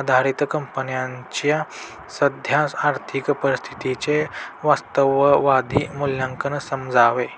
आधारित कंपनीच्या सद्य आर्थिक परिस्थितीचे वास्तववादी मूल्यांकन जमावे